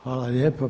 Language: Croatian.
Hvala lijepa.